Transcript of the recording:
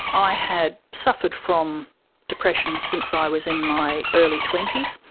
i had suffered from depression since i was in my early twenty s.